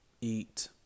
eat